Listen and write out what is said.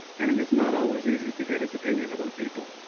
and it is not always easy to get his opinion about people,